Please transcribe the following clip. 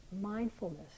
mindfulness